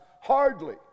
hardly